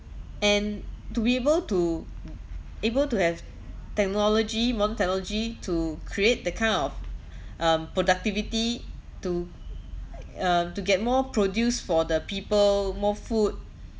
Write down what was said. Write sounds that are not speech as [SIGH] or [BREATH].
and to be able to able to have technology multi-technology to create the kind of [BREATH] um productivity to uh to get more produce for the people more food